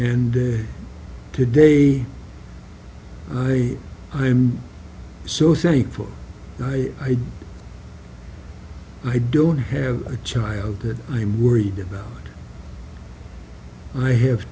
and today i am so thankful i i don't have a child that i'm worried about i have